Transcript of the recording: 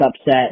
upset